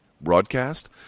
broadcast